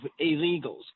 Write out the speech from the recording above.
illegals